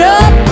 up